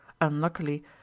unluckily